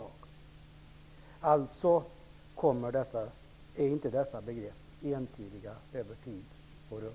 Dessa begrepp är alltså inte entydiga över tid och rum.